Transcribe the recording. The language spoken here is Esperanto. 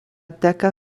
deka